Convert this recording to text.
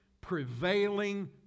prevailing